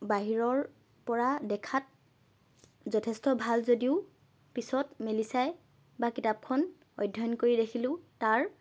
বাহিৰৰ পৰা দেখাত যথেষ্ট ভাল যদিও পিছত মেলি চাই বা কিতাপখন অধ্যয়ন কৰি দেখিলোঁ তাৰ